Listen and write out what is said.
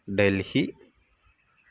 Delhi